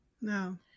No